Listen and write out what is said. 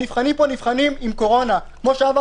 הנבחנים פה נבחנים עם קורונה כמו שאמר